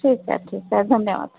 ठीक आहे ठीक आहे धन्यवाद